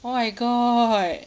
oh my god